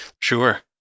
Sure